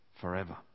forever